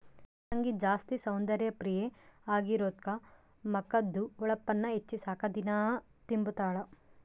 ನನ್ ತಂಗಿ ಜಾಸ್ತಿ ಸೌಂದರ್ಯ ಪ್ರಿಯೆ ಆಗಿರೋದ್ಕ ಮಕದ್ದು ಹೊಳಪುನ್ನ ಹೆಚ್ಚಿಸಾಕ ದಿನಾ ತಿಂಬುತಾಳ